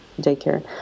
daycare